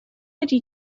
ydy